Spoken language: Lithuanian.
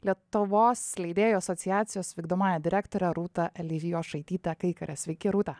lietuvos leidėjų asociacijos vykdomąja direktore rūta elijošaityte kaikare sveiki rūta